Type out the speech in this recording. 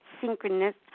synchronous